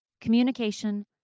communication